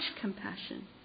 compassion